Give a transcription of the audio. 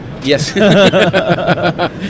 Yes